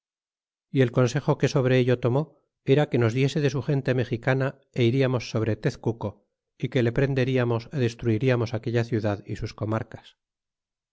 y el consejo que sobre ello tomó era que nos diese de su gente mexicana e iríamos so bre tezcuco y que le prenderiamos destruirlames aquella ciudad é sus comarcas